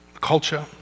culture